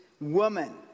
woman